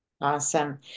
Awesome